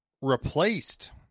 Replaced